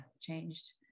changed